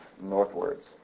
northwards